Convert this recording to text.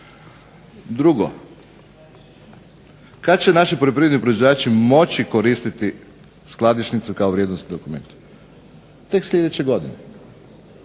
Drugo, kada će naši poljoprivredni proizvođači moći koristiti skladišnicu kao vrijednosni dokument, tek sljedeće godine.